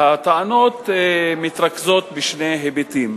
הטענות מתרכזות בשני היבטים.